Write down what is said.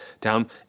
down